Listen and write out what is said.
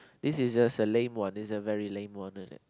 this is a lame one is a very lame one